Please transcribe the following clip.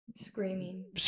screaming